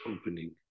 opening